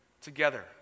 together